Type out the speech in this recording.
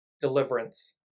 deliverance